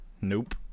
Nope